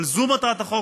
אבל זאת מטרת החוק,